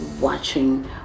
watching